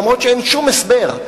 ולמרות שאין שום הסבר,